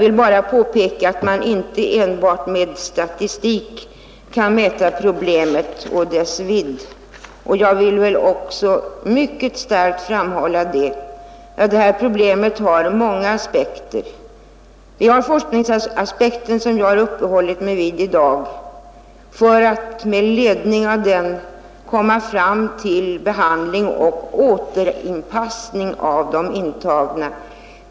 Men jag vill påpeka att man inte kan mäta problemets vidd enbart med statistik och jag vill mycket starkt framhålla att problemet har många aspekter — bl.a. forskningsaspekten, som jag har uppehållit mig vid i dag, för att med ledning av den klara behandlingen och återanpassningen av de intagna.